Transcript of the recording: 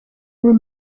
were